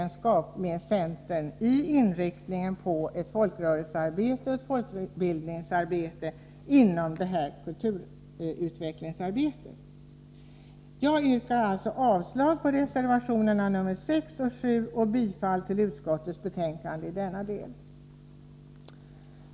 När det gäller inriktningen på ett folkrörelsearbete och folkbildningsarbete inom kulturutvecklingsarbetet känner vi från socialdemokraterna stark värdegemenskap med centern. Jag yrkar därför avslag på reservationerna 6 och 7 och bifall till utskottets hemställan i denna del.